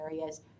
areas